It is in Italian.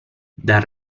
dar